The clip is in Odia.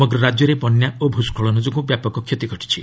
ସମଗ୍ର ରାଜ୍ୟରେ ବନ୍ୟା ଓ ଭୂସ୍କଳନ ଯୋଗୁଁ ବ୍ୟାପକ କ୍ଷତି ଘଟିଛି